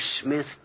Smith